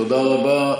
תודה רבה.